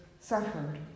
suffered